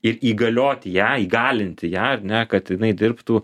ir įgalioti ją įgalinti ją ar ne kad jinai dirbtų